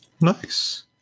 Nice